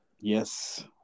Yes